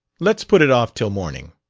let's put it off till morning.